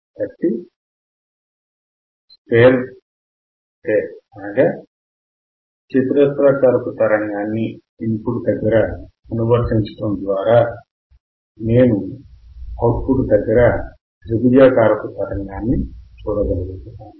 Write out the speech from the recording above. కాబట్టి చతురస్రాకారపు తరంగాన్ని ఇన్ పుట్ దగ్గర అనువర్తించటం ద్వారా నేను అవుట్ పుట్ దగ్గర త్రిభుజాకారపు తరంగాన్ని చూడగలుగుతున్నాను